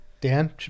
Dan